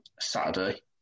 Saturday